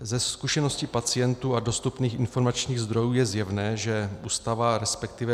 Ze zkušeností pacientů a dostupných informačních zdrojů je zjevné, že Ústava, resp.